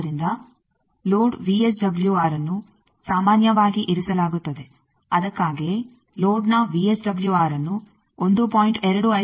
ಆದ್ದರಿಂದ ಲೋಡ್ ವಿಎಸ್ಡಬ್ಲ್ಯೂಆರ್ಅನ್ನು ಸಾಮಾನ್ಯವಾಗಿ ಇರಿಸಲಾಗುತ್ತದೆ ಅದಕ್ಕಾಗಿಯೇ ಲೋಡ್ನ ವಿಎಸ್ಡಬ್ಲ್ಯೂಆರ್ ಅನ್ನು 1